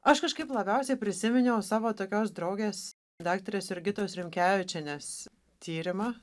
aš kažkaip labiausiai prisiminiau savo tokios draugės daktarės jurgitos rimkevičienės tyrimą